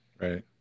right